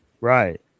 right